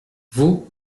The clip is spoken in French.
vous